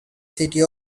city